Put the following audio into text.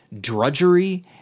drudgery